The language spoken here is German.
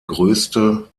größte